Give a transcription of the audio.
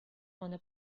wanna